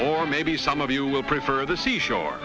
or maybe some of you will prefer the seashore